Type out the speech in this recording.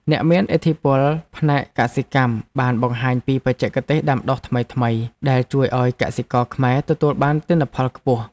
អ្នកមានឥទ្ធិពលផ្នែកកសិកម្មបានបង្ហាញពីបច្ចេកទេសដាំដុះថ្មីៗដែលជួយឱ្យកសិករខ្មែរទទួលបានទិន្នផលខ្ពស់។